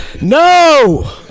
No